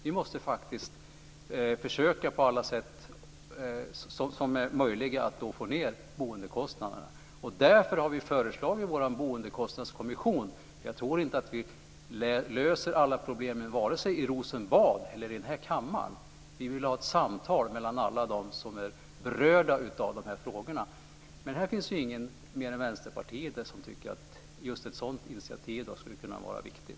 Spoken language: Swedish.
Vi måste faktiskt försöka att få ned boendekostnaderna på alla möjliga sätt. Därför har vi föreslagit en boendekostnadskommission. Jag tror inte att vi löser alla problem i Rosenbad eller här i kammaren. Vi vill ha ett samtal mellan alla dem som är berörda av de här frågorna. Men det finns ingen mer än Vänsterpartiet som tycker att ett sådant initiativ skulle kunna vara viktigt.